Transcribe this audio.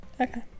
okay